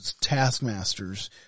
taskmasters